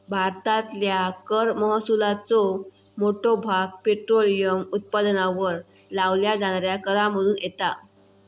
भारतातल्या कर महसुलाचो मोठो भाग पेट्रोलियम उत्पादनांवर लावल्या जाणाऱ्या करांमधुन येता